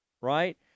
right